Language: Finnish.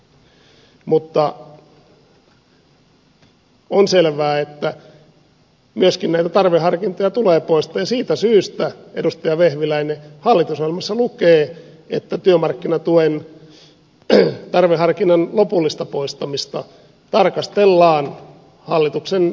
mutta on selvää että myöskin näitä tarveharkintoja tulee poistaa ja siitä syystä edustaja vehviläinen hallitusohjelmassa lukee että työmarkkinatuen tarveharkinnan lopullista poistamista tarkastellaan hallituksen puolivälitarkastelussa